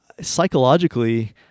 psychologically